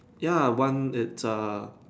ya one it's a